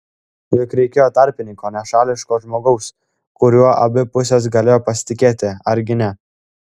juk reikėjo tarpininko nešališko žmogaus kuriuo abi pusės galėjo pasitikėti argi ne